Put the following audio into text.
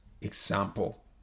example